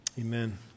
Amen